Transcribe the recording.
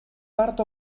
part